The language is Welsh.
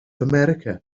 america